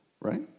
right